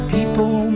People